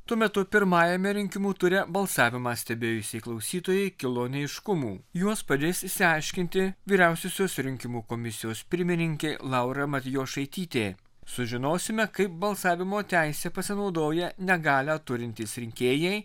tuo metu pirmajame rinkimų ture balsavimą stebėjusiai klausytojai kilo neaiškumų juos padės išsiaiškinti vyriausiosios rinkimų komisijos pirmininkė laura matjošaitytė sužinosime kaip balsavimo teise pasinaudoja negalią turintys rinkėjai